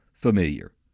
Familiar